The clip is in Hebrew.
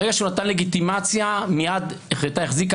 ברגע שהוא נתן לגיטימציה מיד החרתה החזיקה